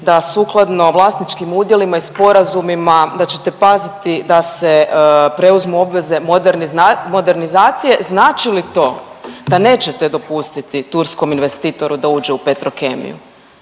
da sukladno vlasničkim udjelima i sporazumima da ćete paziti da se preuzmu obveze modernizacije, znači li to da nećete dopustiti turskom investitoru da uđe u Petrokemiju